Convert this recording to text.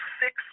six